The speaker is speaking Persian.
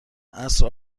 عصر